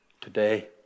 today